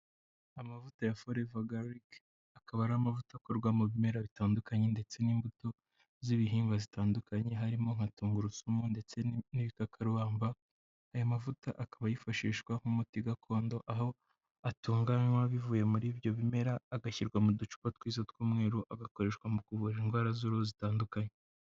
Amavuta ya Forever Garlic, akaba ari amavuta akorwa mu bimera bitandukanye ndetse n'imbuto z'ibihingwa zitandukanye, harimo nka tungurusumu ndetse n'ibikakarubamba, aya mavuta akaba yifashishwa nk'umuti gakondo, aho atunganywa bivuye muri ibyo bimera agashyirwa mu ducupa twiza tw'umweru, agakoreshwa mu kuvura indwara z'uruhu zitandukanye.